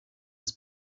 des